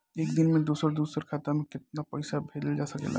एक दिन में दूसर दूसर खाता में केतना पईसा भेजल जा सेकला?